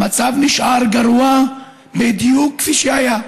המצב נשאר גרוע בדיוק כפי שהיה: